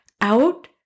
out